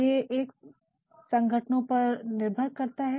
ये एक संगठनो पर निर्भर करता है